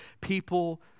people